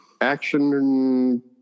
Action